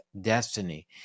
destiny